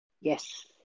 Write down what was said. Yes